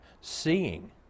seeing